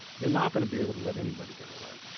you're not going to be able to let anybody get away.